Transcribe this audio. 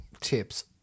tips